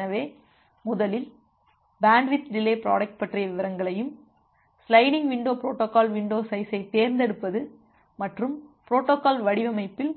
எனவே முதலில் bandwidth delay product பற்றிய விவரங்களையும் சிலைடிங் விண்டோ பொரோட்டோகால் வின்டோ சைஸை தேர்ந்தெடுப்பது மற்றும் பொரோட்டோகால் வடிவமைப்பில்